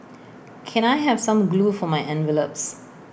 can I have some glue for my envelopes